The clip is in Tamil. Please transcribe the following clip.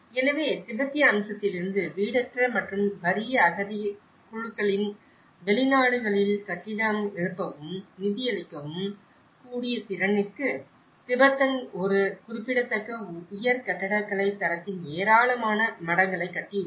எனவே திபெத்திய அம்சத்திலிருந்து வீடற்ற மற்றும் வறிய அகதி குழுக்களின் வெளிநாடுகளில் கட்டிடம் எழுப்பவும் நிதியளிக்கவும் கூடிய திறனிற்கு திபெத்தன் ஒரு குறிப்பிடத்தக்க உயர் கட்டடக்கலை தரத்தின் ஏராளமான மடங்களை கட்டியுள்ளது